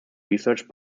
research